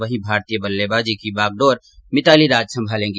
वहीं भारतीय बल्लेबाजी की बागडोर मितालीराज संभालेगी